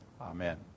Amen